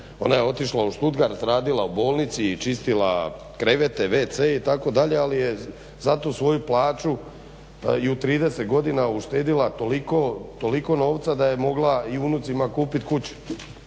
ona je otišla u Stutgart radila u bolnici i čistila krevete, wc-e itd. ali je zato svoju plaću u trideset godina uštedjela toliko novca da je mogla i unucima kupiti kuće.